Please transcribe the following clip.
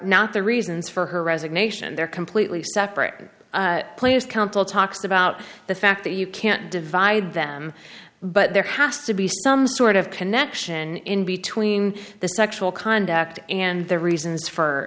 not the reasons for her resignation they're completely separate players counsel talks about the fact that you can't divide them but there has to be some sort of connection in between the sexual conduct and the reasons for